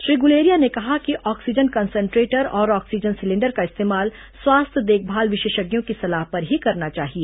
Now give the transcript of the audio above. श्री गुलेरिया ने कहा कि ऑक्सीजन कंसंट्रेटर और ऑक्सीजन सिलेंडर का इस्तेमाल स्वास्थ्य देखभाल विशेषज्ञों की सलाह पर ही करना चाहिए